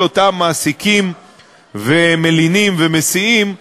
כל אותם מעסיקים ומלינים ומסיעים,